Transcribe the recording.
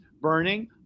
burning